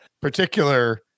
particular